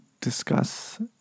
discuss